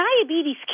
Diabetes